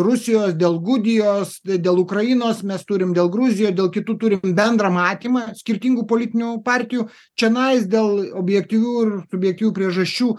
rusijos dėl gudijos dėl ukrainos mes turim dėl gruzijoj dėl kitų turim bendrą matymą skirtingų politinių partijų čionais dėl objektyvių ir subjektyvių priežasčių